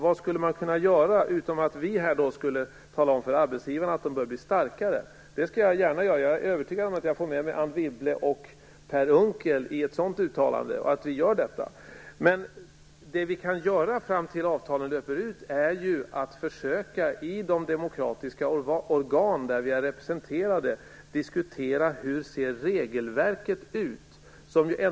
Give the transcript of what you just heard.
Vad skulle man kunna göra förutom att vi härifrån skulle uttala att de bör bli starkare? Det skall jag gärna göra. Jag är övertygad om att jag får med mig Anne Wibble och Per Unckel på ett sådant uttalande. Vad vi kan göra fram till dess att avtalen löper ut är ju att i de demokratiska organ där vi är representerade försöka att diskutera hur regelverket ser ut.